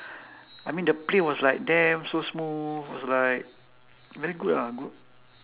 I mean the play was like damn so smooth was like very good ah good